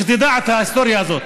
שתדע את ההיסטוריה הזאת,